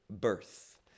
birth